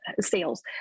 sales